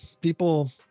people